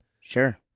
Sure